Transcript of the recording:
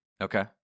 Okay